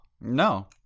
No